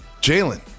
Jalen